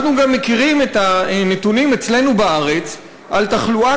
אנחנו גם מכירים את הנתונים אצלנו בארץ על תחלואה